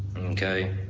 okay?